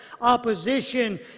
opposition